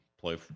play